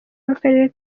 w’akarere